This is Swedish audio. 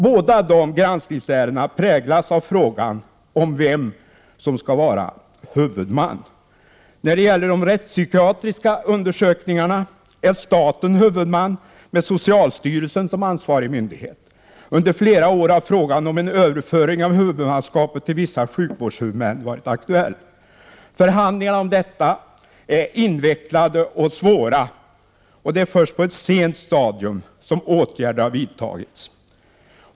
Båda dessa granskningsärenden präglas av frågan om vem som skall vara huvudman. När det gäller de rättspsykiatriska undersökningarna är staten huvudman med socialstyrelsen som ansvarig myndighet. Under flera år har frågan om en överföring av huvudmannaskapet till vissa sjukvårdshuvudmän varit aktuell. Förhandlingarna om detta är invecklade och svåra. Det är först på ett sent stadium som åtgärder har vidtagits.